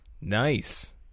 Nice